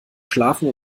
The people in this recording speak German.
schlafen